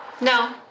no